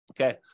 Okay